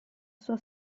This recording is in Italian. sua